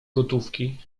gotówki